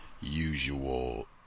Usual